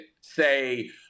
say